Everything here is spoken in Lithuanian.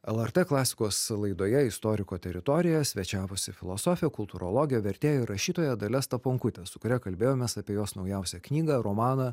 lrt klasikos laidoje istoriko teritorija svečiavosi filosofė kultūrologė vertėja ir rašytoja dalia staponkutė su kuria kalbėjomės apie jos naujausią knygą romaną